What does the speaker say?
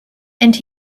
and